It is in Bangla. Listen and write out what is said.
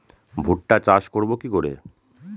ভুট্টা চাষ করব কি করে?